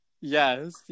Yes